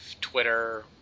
Twitter